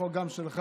החוק גם שלך.